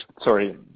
sorry